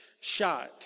shot